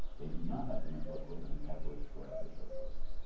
they do not have the mental equipment and categories to go after a socialist.